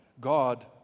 God